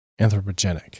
Anthropogenic